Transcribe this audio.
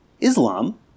Islam